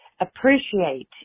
appreciate